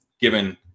given